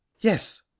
Yes